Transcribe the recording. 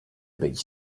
być